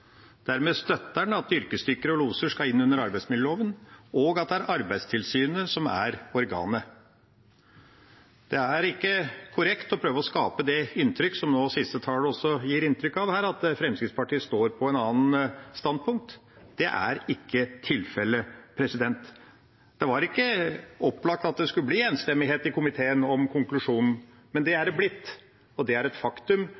Dermed støtter en at yrkesdykkere og loser skal inn under arbeidsmiljøloven, og at det er Arbeidstilsynet som er organet. Det er ikke korrekt å prøve å skape det inntrykket, som siste taler også ga inntrykk av, at Fremskrittspartiet står på et annet standpunkt. Det er ikke tilfellet. Det var ikke opplagt at det skulle bli enstemmighet i komiteen om konklusjonen, men det er det blitt, og det er et faktum,